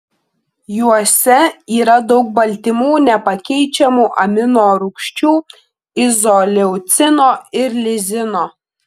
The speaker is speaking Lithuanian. juose yra daug baltymų nepakeičiamų aminorūgščių izoleucino ir lizino